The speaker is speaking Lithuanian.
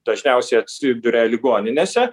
dažniausiai atsiduria ligoninėse